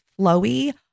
flowy